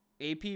AP